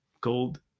Gold